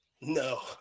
no